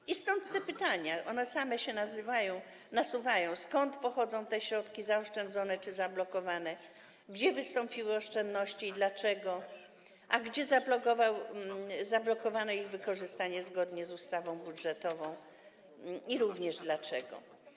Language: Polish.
I stąd te pytania, one same się nasuwają: Skąd pochodzą te środki zaoszczędzone czy zablokowane, gdzie wystąpiły oszczędności i dlaczego, a gdzie zablokowano ich wykorzystanie zgodnie z ustawą budżetową i również dlaczego?